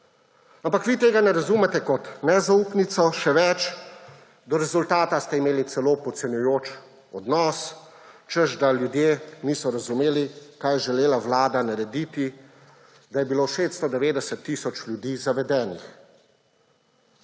Ampak vi tega ne razumete kot nezaupnico; še več, do rezultata ste imeli celo podcenjujoč odnos, češ da ljudje niso razumeli, kaj je želela vlada narediti, da je bilo 690 tisoč ljudi zavedenih.